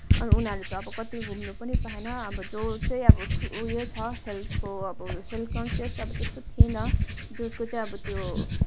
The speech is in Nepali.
अनि उनीहरू त अब कतै घुम्न पनि पाएन अब जो चाहिँ अब उयो छ हेल्थको अब हेल्थ कन्सियस अब त्यस्तो थिएन जसको चाहिँ अब त्यो